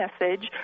message